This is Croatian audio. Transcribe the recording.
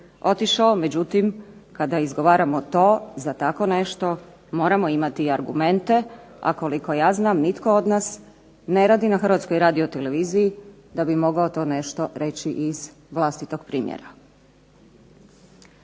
otišao, međutim kada izgovaramo to za tako nešto moramo imati i argumente, a koliko ja znam nitko od nas ne radi na Hrvatskoj radioteleviziji da bi mogao to nešto reći iz vlastitog primjera.